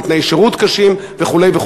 על תנאי שירות קשים וכו',